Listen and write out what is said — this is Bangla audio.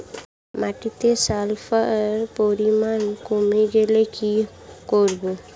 মাটিতে সালফার পরিমাণ কমে গেলে কি করব?